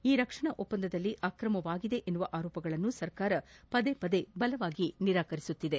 ಈ ರಕ್ಷಣಾ ಒಪ್ಪಂದದಲ್ಲಿ ಅಕ್ರಮವಾಗಿದೆ ಎಂಬ ಆರೋಪಗಳನ್ನು ಸರ್ಕಾರ ಬಲವಾಗಿ ನಿರಾಕರಿಸುತ್ತಿದೆ